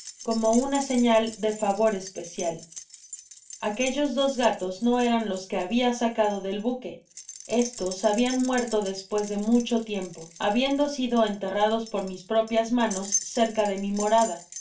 como una señal de favor especial aquellos dos gatos no eran los que habia saeado del buque estos habian muerto despues de mucho tiempo habiendo sido enterrados por mis propias manos cerca de mi morada